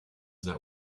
that